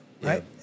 right